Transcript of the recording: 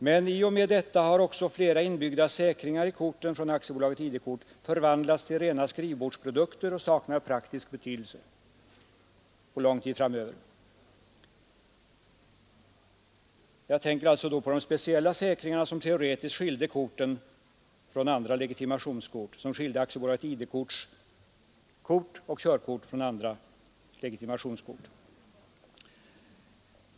Men i och med detta har också flera inbyggda säkringar i korten från AB ID-kort förvandlats till rena skrivbordsprodukter och saknar praktisk betydelse lång tid framöver. Jag tänker här på de speciella säkringar som teoretiskt skilde de kort som AB ID-kort framställde från andra legitimationskort.